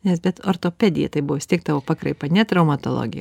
nes bet ortopedija tai buvo vis tiek tavo pakraipa ne traumatologija